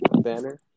banner